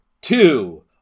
two